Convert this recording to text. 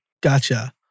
Gotcha